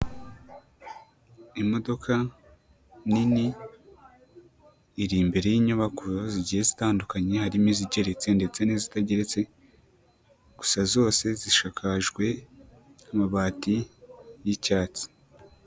Imodoka nini iri imbere y'inyubako zigiye zitandukanye harimo izigeretse ndetse n'izitageretse, gusa zose zishakajwe amabati y'icyatsi.